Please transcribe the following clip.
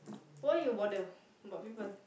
why you bother about people